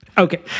Okay